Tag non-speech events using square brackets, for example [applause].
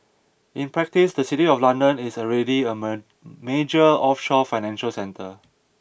in practice the city of London is already a [unintelligible] major offshore financial centre